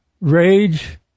rage